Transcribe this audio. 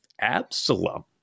Absalom